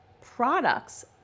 products